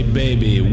baby